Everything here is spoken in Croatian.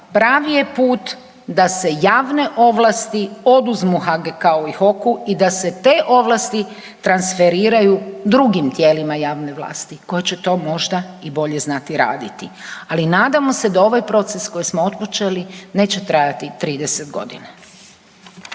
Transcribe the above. pravi je put da se javne ovlasti oduzmu HGK-u i HOK-u i da se te ovlasti transferiraju drugim tijelima javne vlasti koje će to možda i bolje znati raditi. Ali nadamo se da ovaj proces koji smo otpočeli neće trajati 30 godina.